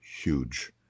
huge